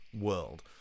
world